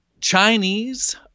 Chinese